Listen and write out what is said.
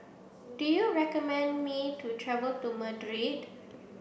do you recommend me to travel to Madrid